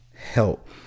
help